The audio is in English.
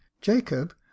jacob